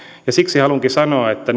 ja siksi haluankin sanoa että